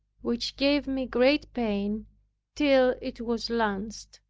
which gave me great pain till it was lanced.